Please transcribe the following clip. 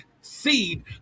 seed